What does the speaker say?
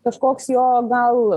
kažkoks jo gal